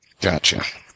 Gotcha